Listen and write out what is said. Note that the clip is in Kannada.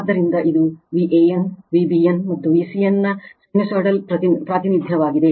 ಆದ್ದರಿಂದ ಇದು Van Vbn ಮತ್ತು Vcnನ ಸೈನುಸೈಡಲ್ ಪ್ರಾತಿನಿಧ್ಯವಾಗಿದೆ